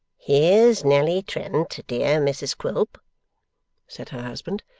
here's nelly trent, dear mrs quilp said her husband.